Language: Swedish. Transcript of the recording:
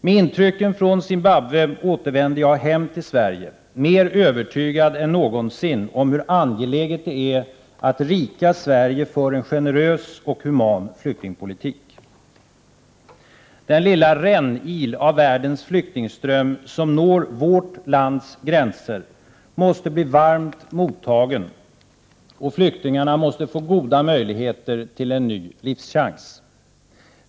Jag återvände hem till Sverige med intrycken från Zimbabwe mer övertygad än någonsin om hur angeläget det är att det rika Sverige för en generös och human flyktingpolitik. Den lilla rännil av världens flyktingström som når vårt lands gränser måste bli varmt mottagen, och flyktingarna måste få goda möjligheter till en ny livschans.